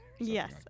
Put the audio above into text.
Yes